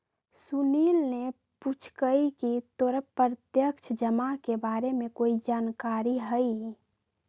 सुनील ने पूछकई की तोरा प्रत्यक्ष जमा के बारे में कोई जानकारी हई